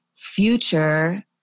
Future